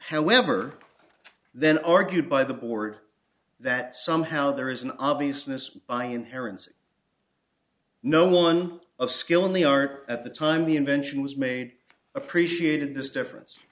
however then argued by the board that somehow there is an obvious miss by inherent no one of skill in the art at the time the invention was made appreciated this difference